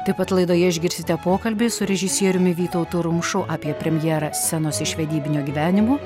taip pat laidoje išgirsite pokalbį su režisieriumi vytautu rumšu apie premjerą scenos iš vedybinio gyvenimo